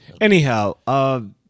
Anyhow